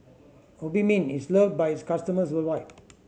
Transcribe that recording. Obimin is loved by its customers worldwide